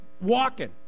Walking